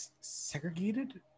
segregated